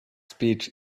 speech